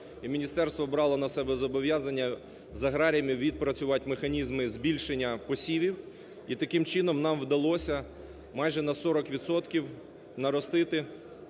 міністерство брало на себе зобов'язання з аграріями відпрацювати механізми збільшення посівів, і таким чином нам вдалося майже на 40 відсотків